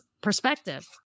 perspective